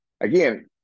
again